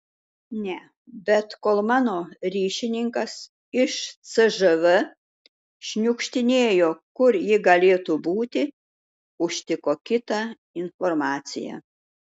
ne bet kol mano ryšininkas iš cžv šniukštinėjo kur ji galėtų būti užtiko kitą informaciją